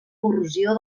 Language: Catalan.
corrosió